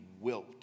wilt